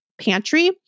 pantry